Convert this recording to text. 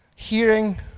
Hearing